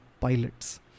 pilots